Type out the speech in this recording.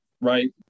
right